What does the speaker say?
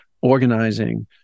organizing